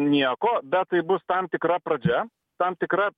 nieko bet tai bus tam tikra pradžia tam tikra